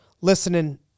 listening